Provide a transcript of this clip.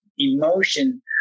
emotion